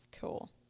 Cool